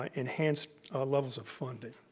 um enhanced levels of funding.